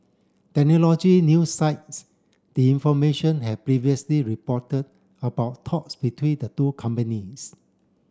technology new sites the information had previously reported about talks between the two companies